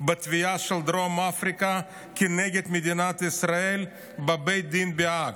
בתביעה של דרום אפריקה כנגד מדינת ישראל בבית הדין בהאג,